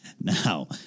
Now